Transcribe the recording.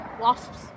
wasps